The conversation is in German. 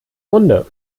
runde